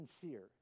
sincere